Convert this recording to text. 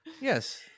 Yes